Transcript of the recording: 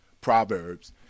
Proverbs